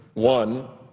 one,